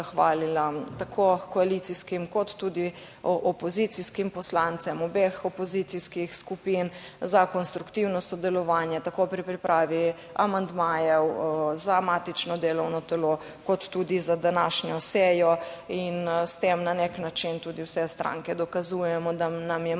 tako koalicijskim kot tudi opozicijskim poslancem obeh opozicijskih skupin za konstruktivno sodelovanje, tako pri pripravi amandmajev za matično delovno telo, kot tudi za današnjo sejo. In s tem na nek način tudi vse stranke dokazujemo, da nam je